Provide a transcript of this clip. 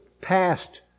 passed